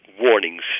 warnings